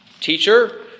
teacher